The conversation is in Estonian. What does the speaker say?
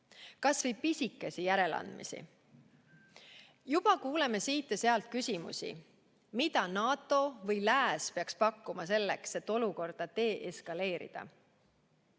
kas või pisikesi järeleandmisi. Juba kuuleme siit ja sealt küsimusi, mida NATO või lääs peaks pakkuma selleks, et olukorda deeskaleerida.